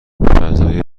فضای